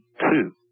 two